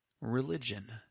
religion